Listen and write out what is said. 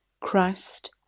Christ